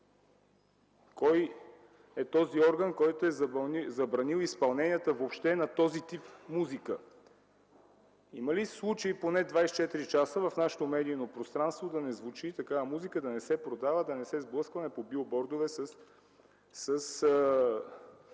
Кой е този орган, който е забранил изпълненията въобще на този тип музика? Има ли случай поне 24 часа в нашето медийно пространство да не звучи такава музика, да не се продава, да не се сблъскваме по билбордове с